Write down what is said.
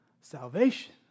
Salvation